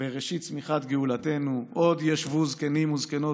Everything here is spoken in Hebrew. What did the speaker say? בראשית צמיחת גאולתנו: "עד ישבו זקנים וזקנות